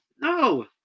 No